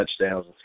touchdowns